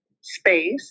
space